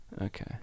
Okay